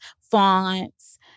fonts